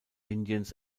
indians